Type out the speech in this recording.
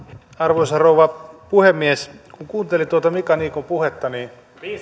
arvoisa rouva puhemies kun kuuntelin tuota mika niikon puhetta niin